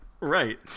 Right